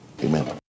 amen